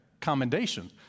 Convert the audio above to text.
commendation